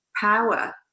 power